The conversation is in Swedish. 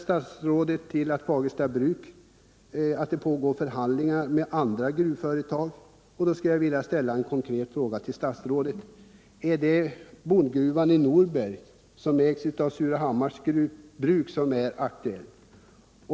, Statsrådet hänvisar till att det pågår förhandlingar mellan Fagersta bruk och andra gruvföretag, och därför skulle jag vilja ställa en konkret fråga till statsrådet: Är det Bondgruvan i Norberg, som ägs av Surahammars bruk, som är aktuell?